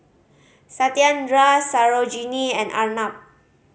Satyendra Sarojini and Arnab